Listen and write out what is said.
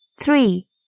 three